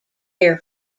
air